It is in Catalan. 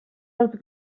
els